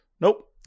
Nope